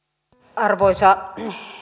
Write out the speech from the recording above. arvoisa